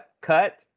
cut